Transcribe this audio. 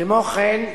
כמו כן,